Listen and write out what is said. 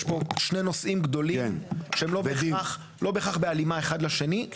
יש פה שני נושאים גדולים שהם לא בהכרח בהלימה אחד לשני,